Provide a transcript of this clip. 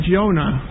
Jonah